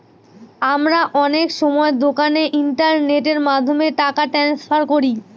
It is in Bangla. আমরা অনেক সময় দোকানে ইন্টারনেটের মাধ্যমে টাকা ট্রান্সফার করি